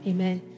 Amen